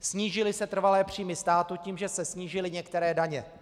Snížily se trvalé příjmy státu tím, že se snížily některé daně.